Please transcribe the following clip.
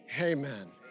amen